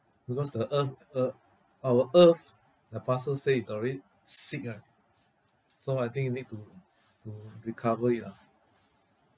because the earth uh our earth like pastor say is already sick ah so I think it need to to recover it ah